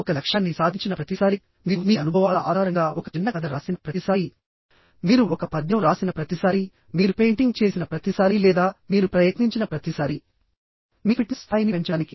ఒక లక్ష్యాన్ని సాధించిన ప్రతిసారీ మీరు మీ అనుభవాల ఆధారంగా ఒక చిన్న కథ రాసిన ప్రతిసారీ మీరు ఒక పద్యం రాసిన ప్రతిసారీ మీరు పెయింటింగ్ చేసిన ప్రతిసారీ లేదా మీరు ప్రయత్నించిన ప్రతిసారీ మీ ఫిట్నెస్ స్థాయిని పెంచడానికి